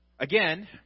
Again